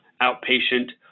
outpatient